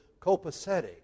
copacetic